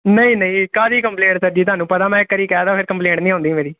ਨਹੀਂ ਨਹੀਂ ਕਾਹਦੀ ਕੰਪਲੇਂਟ ਸਰ ਜੀ ਤੁਹਾਨੂੰ ਪਤਾ ਮੈਂ ਇੱਕ ਵਾਰੀ ਕਹਿ ਤਾ ਫਿਰ ਕੰਪਲੇਂਟ ਨਹੀਂ ਹੁੰਦੀ ਮੇਰੀ